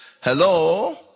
Hello